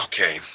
Okay